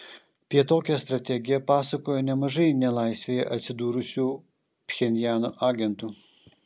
apie tokią strategiją pasakojo nemažai nelaisvėje atsidūrusių pchenjano agentų